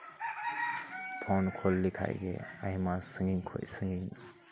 phone ᱠᱷᱟᱹᱲ ᱞᱮᱠᱷᱟᱡ ᱜᱮ ᱟᱭᱢᱟ ᱥᱟᱺᱜᱤᱧ ᱠᱷᱚᱡ ᱜᱮ